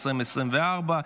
2024,